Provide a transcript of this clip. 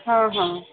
हां हां